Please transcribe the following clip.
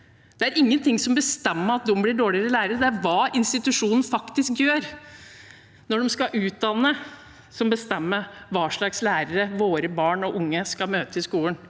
Det er ingenting som bestemmer at de blir dårligere lærere; det er hva institusjonene faktisk gjør når de skal utdanne, som bestemmer hva slags lærere våre barn og unge skal møte i skolen.